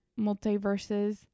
multiverses